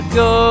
go